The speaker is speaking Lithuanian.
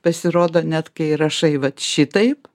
pasirodo net kai rašai vat šitaip